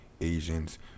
Asians